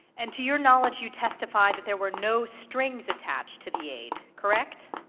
and to your knowledge you testified that there were no strings attached to the aid, correct?